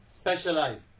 Specialized